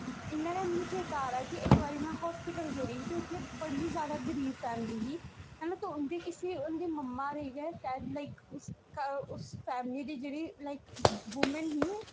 इ'यां गै मिगी चेता आ दा कि इक बारी में हास्पिटल गेदी ही ते उत्थै बड़ी जादा गरीब फैमली ही है ना ते उं'दे किसी उं'दे मम्मा दी गै शायद लाइक उस फैमली दी जेह्ड़ी लाइक वुमैन ही